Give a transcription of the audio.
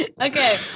Okay